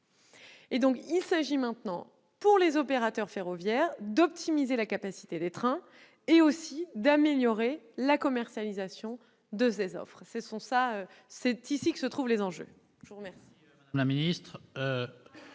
donc maintenant pour les opérateurs ferroviaires d'optimiser la capacité des trains et d'améliorer la commercialisation de ces offres. C'est là que résident les enjeux.